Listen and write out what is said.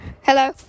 Hello